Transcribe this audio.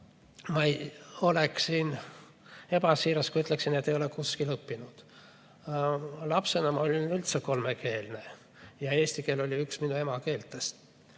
ma oleksin ebasiiras, kui ütleksin, et ei ole kuskil õppinud. Lapsena olin üldse kolmekeelne ja eesti keel oli üks minu emakeeltest.